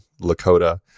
Lakota